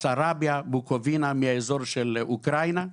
בסרביה בוקובינה מהאזור של אוקראינה,